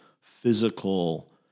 physical